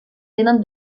tenen